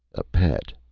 a pet,